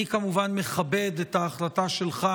אני כמובן מכבד את ההחלטה שלך,